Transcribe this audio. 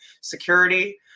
security